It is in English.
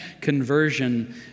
conversion